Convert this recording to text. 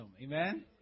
amen